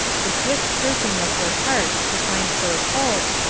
the swift searching of her heart to find her hope,